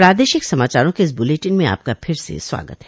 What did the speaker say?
प्रादेशिक समाचारों के इस बुलेटिन में आपका फिर से स्वागत है